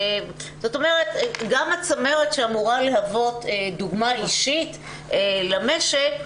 זאת אומרת גם הצמרת שאמורה להוות דוגמה אישית למשק,